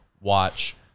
watch